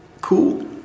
cool